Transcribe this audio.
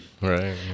right